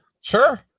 Sure